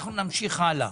אנחנו נמשיך הלאה.